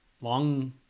long